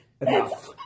enough